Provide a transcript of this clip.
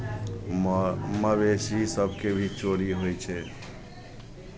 मऽ मवेशी सभके भी चोरी होइ छै